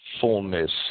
fullness